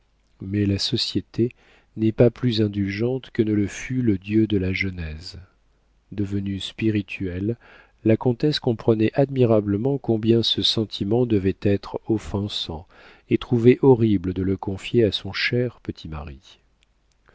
mais la société n'est pas plus indulgente que ne le fut le dieu de la genèse devenue spirituelle la comtesse comprenait admirablement combien ce sentiment devait être offensant et trouvait horrible de le confier à son cher petit mari